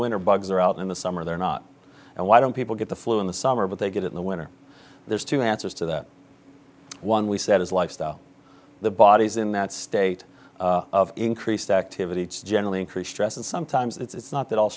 winter bugs are out in the summer they're not and why don't people get the flu in the summer but they get it in the winter there's two answers to that one we said is lifestyle the bodies in that state of increased activity generally increase stress and sometimes it's not that all